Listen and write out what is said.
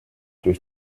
durch